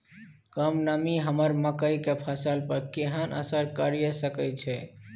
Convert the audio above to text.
कम नमी हमर मकई के फसल पर केहन असर करिये सकै छै?